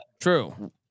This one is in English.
true